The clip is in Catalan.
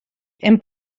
hem